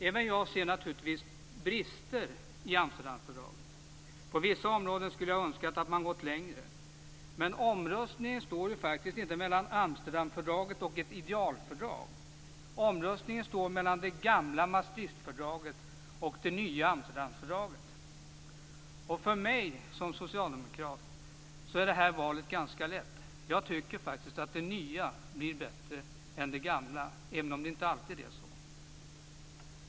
Även jag ser naturligtvis brister i Amsterdamfördraget. På vissa områden skulle jag ha önskat att man gått längre. Men omröstningen står faktiskt inte mellan Amsterdamfördraget och ett idealfördrag. Omröstningen står mellan det gamla Maastrichtfördraget och det nya Amsterdamfördraget. För mig som socialdemokrat är det här valet ganska lätt. Jag tycker faktiskt att det nya blir bättre än det gamla, även om det inte alltid är så.